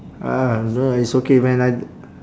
uh no it's okay man I